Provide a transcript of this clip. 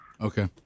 Okay